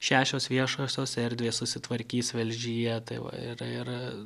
šešios viešosios erdvės susitvarkys velžyje tai va ir ir